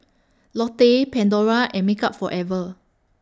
Lotte Pandora and Makeup Forever